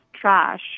trash